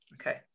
okay